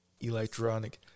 electronic